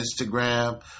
Instagram